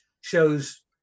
shows